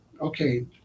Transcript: okay